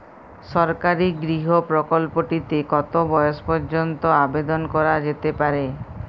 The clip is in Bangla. সরকারি গৃহ প্রকল্পটি তে কত বয়স পর্যন্ত আবেদন করা যেতে পারে?